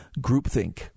groupthink